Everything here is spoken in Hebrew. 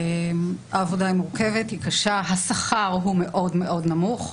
העבודה שלנו היא מורכבת וקשה, והשכר מאוד נמוך.